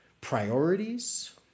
priorities